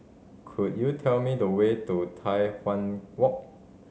could you tell me the way to Tai Hwan Walk